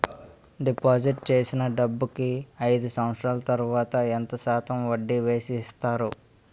Deposit చేసిన డబ్బుకి అయిదు సంవత్సరాల తర్వాత ఎంత శాతం వడ్డీ వేసి ఇస్తారు?